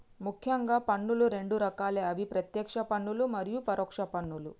ముఖ్యంగా పన్నులు రెండు రకాలే అవి ప్రత్యేక్ష పన్నులు మరియు పరోక్ష పన్నులు